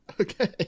Okay